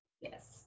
Yes